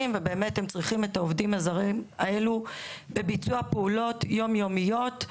ובאמת הם צריכים את העובדים הזרים האלו בביצוע פעולות יום יומיות.